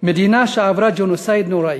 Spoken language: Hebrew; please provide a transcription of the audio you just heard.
מדינה שעברה ג'נוסייד נורא,